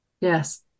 Yes